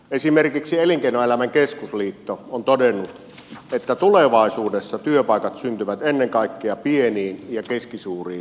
esimerkiksi elinkeinoelämän keskusliitto on todennut että tulevaisuudessa työpaikat syntyvät ennen kaikkea pieniin ja keskisuuriin yrityksiin